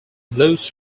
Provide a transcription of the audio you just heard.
blues